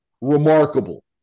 remarkable